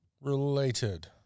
related